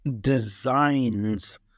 designs